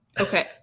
Okay